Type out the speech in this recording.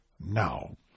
now